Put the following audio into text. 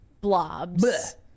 blobs